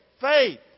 Faith